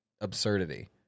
absurdity